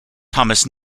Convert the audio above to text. thomas